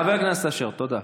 חבר הכנסת אשר, תודה.